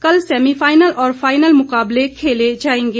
कल सैमिफाईनल और फाईनल मुकाबले खेले जाएंगे